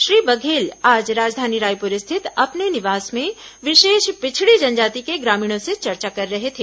श्री बघेल आज राजधानी रायपूर स्थित अपने निवास में विशेष पिछड़ी जनजाति के ग्रामीणों से चर्चा कर रहे थे